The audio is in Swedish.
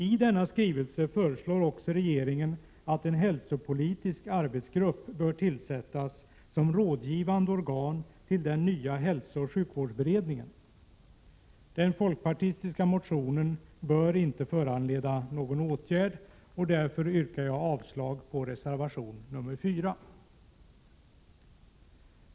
I denna skrivelse föreslår också regeringen att en hälsopolitisk arbetsgrupp bör tillsättas som rådgivande organ till den nya hälsooch sjukvårdsberedningen. Den folkpartistiska motionen bör inte föranleda någon åtgärd. Därför yrkar jag avslag på reservation 4.